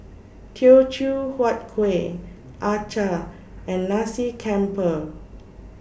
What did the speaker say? Teochew Huat Kueh Acar and Nasi Campur